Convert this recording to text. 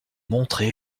montré